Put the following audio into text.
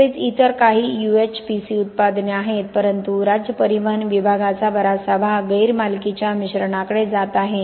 तसेच इतर काही UHPC उत्पादने आहेत परंतु राज्य परिवहन विभागाचा बराचसा भाग गैर मालकीच्या मिश्रणाकडे जात आहे